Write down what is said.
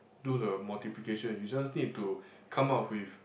do the multiplication you just need to come out with